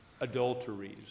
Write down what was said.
adulteries